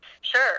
Sure